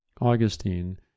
Augustine